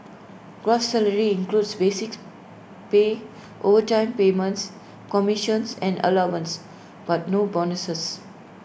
gross salary includes basic pay overtime payments commissions and allowances but no bonuses